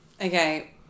okay